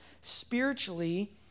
spiritually